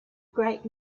great